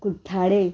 कुठ्ठाळे